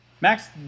Max